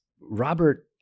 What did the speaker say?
Robert